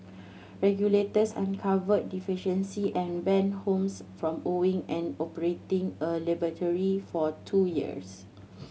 regulators uncovered deficiency and banned Holmes from owning and operating a laboratory for two years